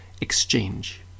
exchange